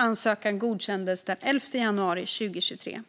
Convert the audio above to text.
Ansökan godkändes den 11 januari 2023.